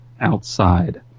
outside